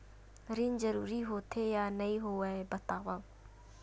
ऋण जरूरी होथे या नहीं होवाए बतावव?